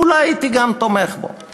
אולי הייתי גם תומך בו.